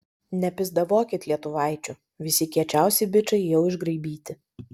nepisdavokit lietuvaičių visi kiečiausi bičai jau išgraibyti